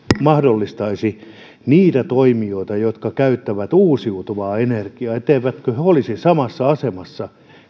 mahdollistaisi niitä toimijoita jotka käyttävät uusiutuvaa energiaa niin että he eivät olisi samassa asemassa